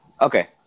Okay